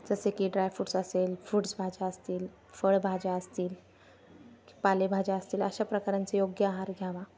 जसे की ड्रायफ्रुट्स असेल फ्रुट्स भाज्या असतील फळभाज्या असतील पालेभाज्या असतील अशा प्रकारांचे योग्य आहार घ्यावा